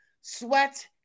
sweat